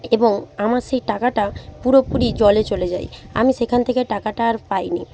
এবং আমার সেই টাকাটা পুরোপুরি জলে চলে যায় আমি সেখান থেকে টাকাটা আর পায় নি